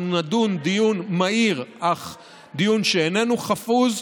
אנחנו נדון דיון מהיר אך דיון שאיננו חפוז,